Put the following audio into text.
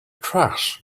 trash